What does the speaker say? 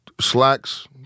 slacks